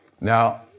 Now